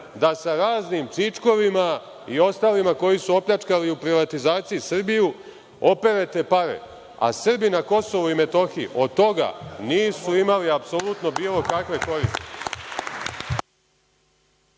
da sa raznim čičkovima i ostalima koji su opljačkali u privatizaciji Srbiju operete pare, a Srbi na Kosovu i Metohiji od toga nisu imali apsolutno bilo kakve koristi.